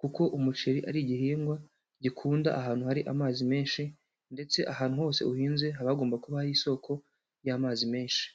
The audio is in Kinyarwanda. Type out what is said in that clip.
kuko umuceri ari igihingwa gikunda ahantu hari amazi menshi, ndetse ahantu hose uhinze haba hagomba kuba hari isoko y'amazi menshi.